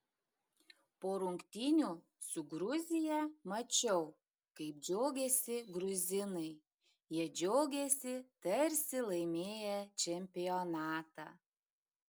po rungtynių su gruzija mačiau kaip džiaugėsi gruzinai jie džiaugėsi tarsi laimėję čempionatą